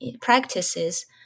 practices